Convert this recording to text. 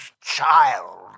child